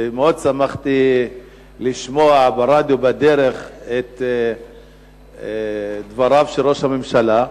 ומאוד שמחתי לשמוע ברדיו בדרך את דבריו של ראש הממשלה.